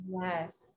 Yes